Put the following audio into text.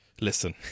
Listen